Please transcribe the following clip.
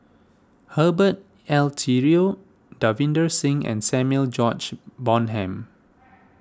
Herbert Eleuterio Davinder Singh and Samuel George Bonham